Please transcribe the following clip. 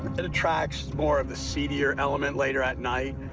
it attracts more of the seedier element later at night.